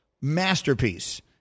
masterpiece